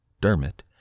Dermot